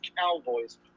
Cowboys